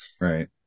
Right